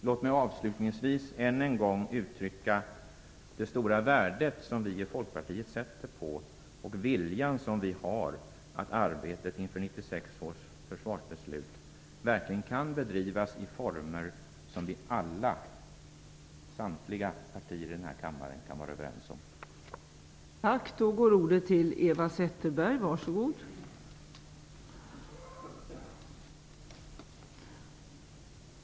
Låt mig avslutningsvis än en gång uttrycka det stora värde som vi i Folkpartiet sätter på att arbetet inför 1996 års försvarsbeslut verkligen kan bedrivas i former som samtliga partier i denna kammare kan vara överens om. Den viljan har vi.